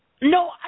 No